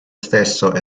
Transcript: stesso